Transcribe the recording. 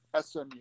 SMU